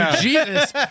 Jesus